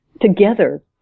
together